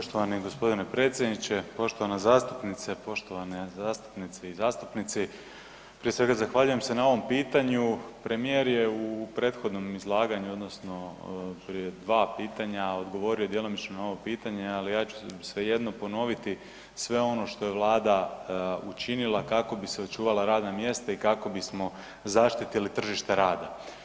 Poštovani gospodine predsjedniče, poštovana zastupnice, poštovane zastupnice i zastupnici prije svega zahvaljujem se na ovom pitanju, premijer je u prethodnom izlaganju odnosno prije 2 pitanja odgovorio djelomično na ovo pitanje ali ja ću svejedno ponoviti sve ono što je Vlada učinila kako bi sačuvala radna mjesta i kako bismo zaštitili tržište rada.